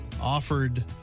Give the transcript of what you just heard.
offered